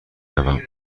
روم